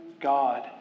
God